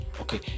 okay